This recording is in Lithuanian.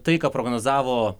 tai ką prognozavo